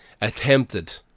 attempted